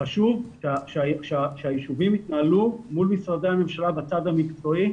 חשוב שהיישובים יתנהלו מול משרדי הממשלה בצד המקצועי.